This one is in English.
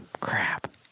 Crap